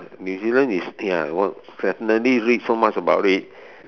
New Zealand is ya wh~ definitely read so much about it